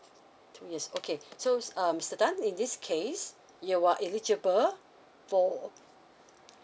two years okay so um mister tan in this case you are eligible for